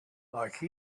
like